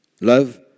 love